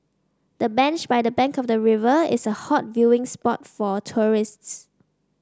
the bench by the bank of the river is a hot viewing spot for tourists